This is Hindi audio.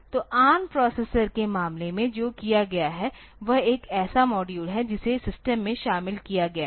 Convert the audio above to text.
तोARM प्रोसेसर के मामले में जो किया गया है वह एक ऐसा मॉड्यूल है जिसे सिस्टम में शामिल किया गया है